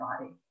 body